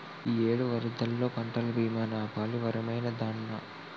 ఇయ్యేడు వరదల్లో పంటల బీమా నాపాలి వరమైనాదన్నా